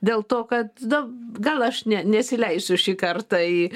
dėl to kad na gal aš ne nesileisiu šį kartą į